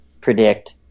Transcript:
predict